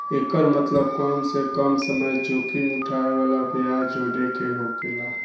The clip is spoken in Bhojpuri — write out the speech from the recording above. एकर मतबल कम से कम समय जोखिम उठाए वाला ब्याज जोड़े के होकेला